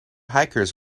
hikers